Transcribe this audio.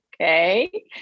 okay